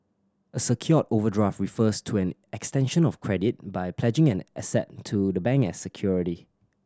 a secured overdraft refers to an extension of credit by pledging an asset to the bank as security